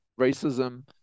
racism